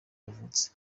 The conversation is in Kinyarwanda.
yavutse